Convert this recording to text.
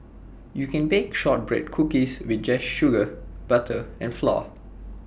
you can bake Shortbread Cookies with just sugar butter and flour